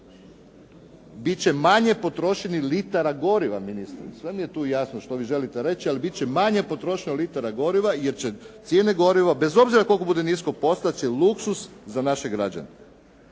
Bit će manje potrošenih litara goriva ministre, sve mi je tu jasno što vi želite reći, ali bit će manje potrošenih litara goriva, jer će cijene goriva bez obzira koliko bude nisko, postat će luksuz za naše građena.